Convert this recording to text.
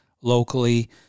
locally